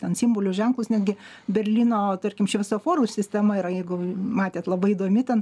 ten simbolius ženklus netgi berlyno tarkim šviesoforų sistema yra jeigu matėt labai įdomi ten